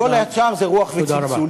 וכל השאר זה רוח וצלצולים.